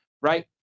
right